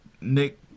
Nick